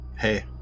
Hey